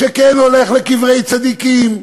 שכן הולך לקברי צדיקים,